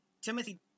Timothy